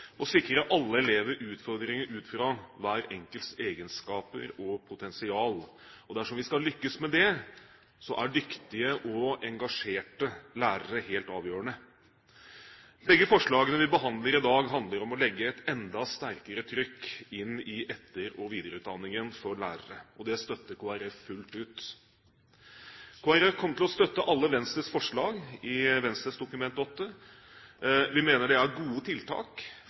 å sette hver enkelt elev i sentrum og sikre alle elever utfordringer ut fra hver enkelts egenskaper og potensial. Dersom vi skal lykkes med det, er dyktige og engasjerte lærere helt avgjørende. Begge forslagene vi behandler i dag, handler om å legge et enda sterkere trykk inn i etter- og videreutdanningen for lærere. Det støtter Kristelig Folkeparti fullt ut. Kristelig Folkeparti støtter alle Venstres forslag i Dokument 8:145 S. Vi mener det er gode tiltak